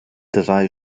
drei